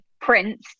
prince